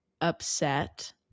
upset